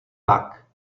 tak